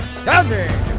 standing